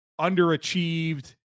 underachieved